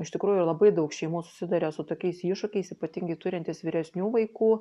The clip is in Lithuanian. iš tikrųjų labai daug šeimų susiduria su tokiais iššūkiais ypatingai turintys vyresnių vaikų